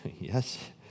yes